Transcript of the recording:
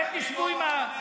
אתם מוזמנים.